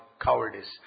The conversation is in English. cowardice